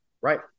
Right